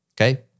Okay